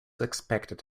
expected